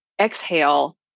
exhale